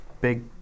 big